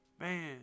Man